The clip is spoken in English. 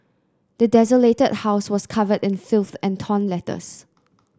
the desolated house was covered in filth and torn letters